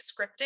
scripting